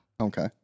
Okay